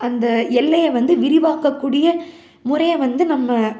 அந்த எல்லையை வந்து விரிவாக்கக்கூடிய முறையை வந்து நம்ம